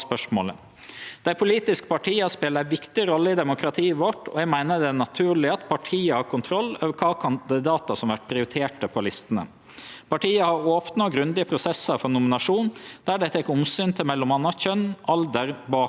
Partia har opne og grundige prosesser for nominasjon, der dei tek omsyn til m.a. kjønn, alder, bakgrunn og geografi. Eg meiner vi må ha tillit til at partia klarer å setje saman listene sine på ein god måte, og at dei tek viktige omsyn når dei nominerer kandidatane sine.